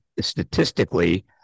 statistically